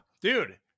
dude